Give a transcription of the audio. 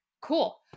cool